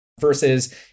Versus